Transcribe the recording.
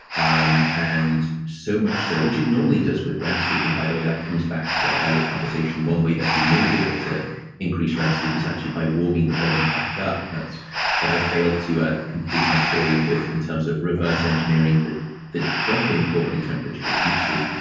um and so much so, which it normally does with rem sleep, and by the way that comes back to our earlier conversation. one way that you may be able to increase rem sleep is actually by warming the body back up, and that's what i failed to complete my story with in terms of reverse the the drop in core body temperature with deep sleep.